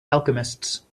alchemists